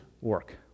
work